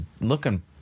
looking